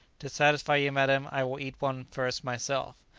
to satisfy you, madam, i will eat one first myself.